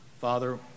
Father